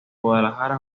guadalajara